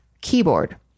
keyboard